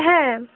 হ্যাঁ